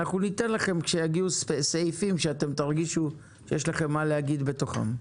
אנחנו ניתן לכם כשיגיעו סעיפים שתרגישו שיש לכם מה להגיד לגביהם.